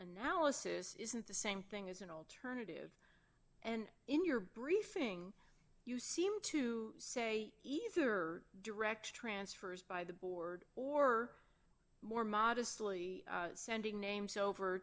analysis isn't the same thing as an alternative and in your briefing you seem to say either direct transfers by the board or more modestly sending names over